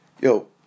yo